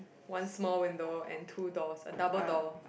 one small window and two doors a double door